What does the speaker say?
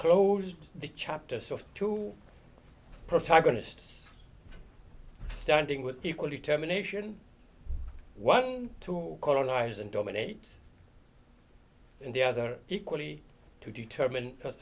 closed the chapters of two protagonists standing with people determination one to colonize and dominate and the other equally to determine